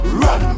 run